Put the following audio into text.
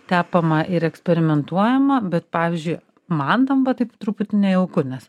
tepama ir eksperimentuojama bet pavyzdžiui man tampa taip truputį nejauku nes